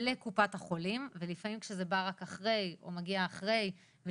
לקופות החולים ולפעמים כשזה בא רק אחרי או מגיע אחרי ולפני